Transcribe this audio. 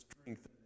strength